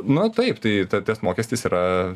na taip tai tas mokestis yra